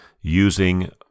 using